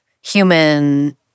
human